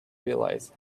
realize